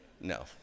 No